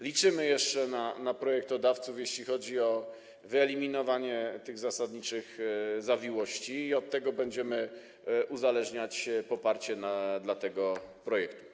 Liczymy jeszcze na projektodawców, jeśli chodzi o wyeliminowanie tych zasadniczych zawiłości, i od tego będziemy uzależniać poparcie tego projektu.